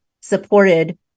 supported